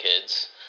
kids